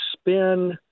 spin